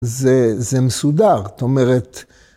‫זה זה מסודר, זאת אומרת...